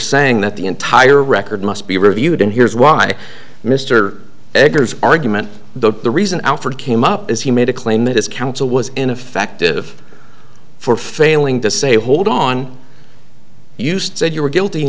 saying that the entire record must be reviewed and here's why mr eggers argument the reason alford came up is he made a claim that his counsel was ineffective for failing to say hold on used said you were guilty and